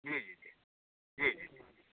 जी जी जी जी